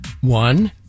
one